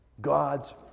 God's